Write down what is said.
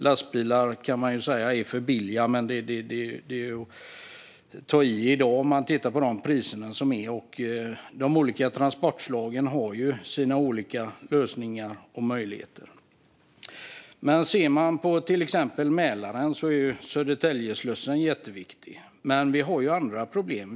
Man kan säga att lastbilar är för billiga, men det är att ta i med tanke på dagens priser. De olika transportslagen har ju sina olika lösningar och möjligheter. I Mälaren, till exempel, är Södertäljeslussen jätteviktig. Men vi har ju andra problem.